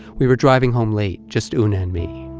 we were driving home late, just oona and me.